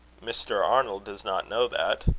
mr. arnold does not know that?